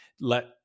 let